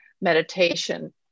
meditation